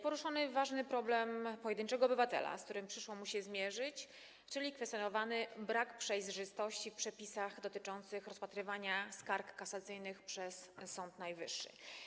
Poruszono ważny problem pojedynczego obywatela, problem, z którym przyszło mu się zmierzyć, czyli kwestionowany brak przejrzystości w przepisach dotyczących rozpatrywania skarg kasacyjnych przez Sąd Najwyższy.